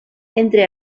entre